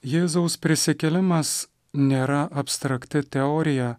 jėzaus prisikėlimas nėra abstrakti teorija